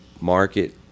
market